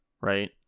Right